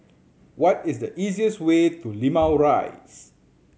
what is the easiest way to Limau Rise